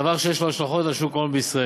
דבר שיש לו השלכות על שוק ההון בישראל.